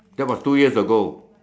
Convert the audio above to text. that was two years ago